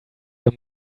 your